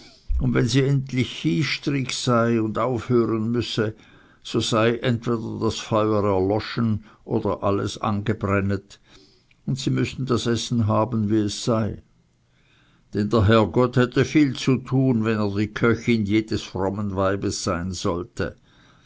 und wenn sie endlich chystig sei und aufhören müsse so sei entweder das feuer erloschen oder alles angebräntet und sie müßten das essen haben wie es sei denn der herrgott hätte viel zu tun wenn er die köchin jedes frommen weibes sein wollte